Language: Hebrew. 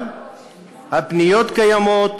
אבל הפניות קיימות,